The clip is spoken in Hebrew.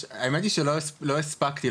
האמת שלא הספקתי,